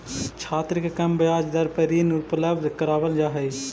छात्र के कम ब्याज दर पर ऋण उपलब्ध करावल जा हई